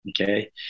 okay